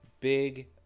big